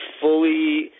fully